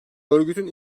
örgütün